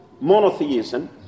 monotheism